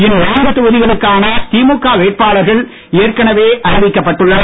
இந்நான்கு தொகுதிகளுக்கான திமுக வேட்பாளர்கள் ஏற்கனவே அறிவிக்கப்பட்டுள்ளனர்